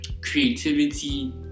creativity